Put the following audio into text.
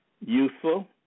useful